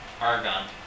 argon